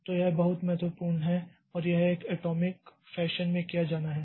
तो यह बहुत महत्वपूर्ण है और यह एक एटॉमिक फैशन में किया जाना है